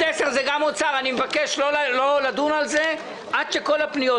אני מבקש לא לדון על זה עד שכל הפניות,